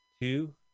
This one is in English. two